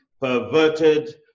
perverted